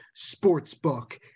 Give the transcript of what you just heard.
Sportsbook